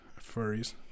furries